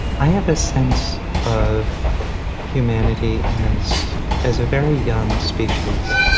i have a sense of humanity as as a very young species.